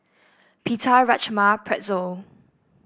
Pita Rajma Pretzel